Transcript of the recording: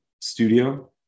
studio